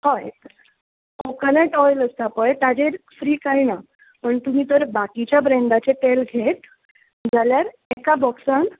हय coconut oil आसता पळय ताजेर फ्री काय ना आनी तुमी जर बाकीच्या ब्रेडाचे तेल घेत जाल्यार एका बॉक्सान